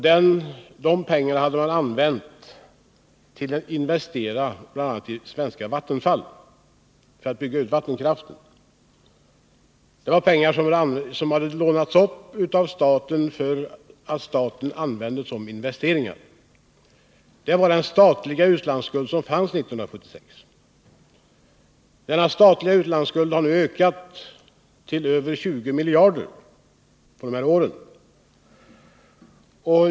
De pengarna hade använts till investeringar, bl.a. i svenska Vattenfall, för att bygga ut vattenkraften. Det var pengar som hade lånats upp av staten för att av staten användas som investeringar. Detta var den enda statliga utlandsskuld som fanns 1976. Den statliga utlandsskulden har nu ökat till över 20 miljarder under de här åren.